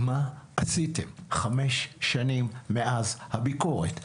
מה עשיתם חמש שנים מאז הביקורת?